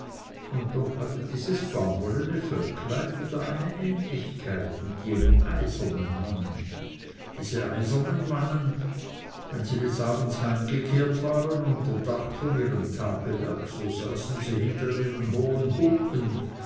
und doch hatte dieses baumwollene völklein wieder eine ähnlichkeit mit jenen eisernen mannen diese eisernen mannen wenn sie des abends heimgekehrt waren unter dach von ihrem tagwerk so saßen sie hinter ihren hohen humpen